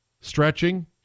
stretching